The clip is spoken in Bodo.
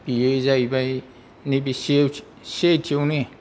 बियो जाहैबाय नैबे सिआइटि आवनो